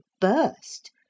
burst